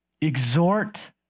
exhort